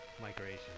Migration